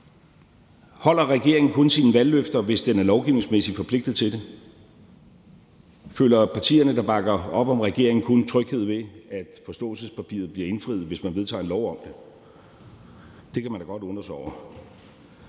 Holder regeringen kun sine valgløfter, hvis den er lovgivningsmæssigt forpligtet til det? Føler partierne, der bakker op om regeringen, kun tryghed ved, at forståelsespapiret bliver indfriet, hvis man vedtager en lov om det? Det kan man da godt undre sig over;